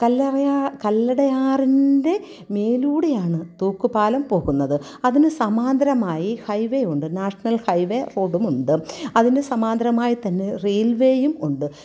കല്ലറയാണ് കല്ലടയാറിൻ്റെ മേലൂടെയാണ് തൂക്കുപാലം പോകുന്നത് അതിന് സമാന്തരമായി ഹൈ വേ ഉണ്ട് നാഷണൽ ഹൈ വേ റോഡുമുണ്ട് അതിന് സമാന്തരമായിത്തന്നെ റെയിൽ വേയും ഉണ്ട്